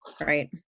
Right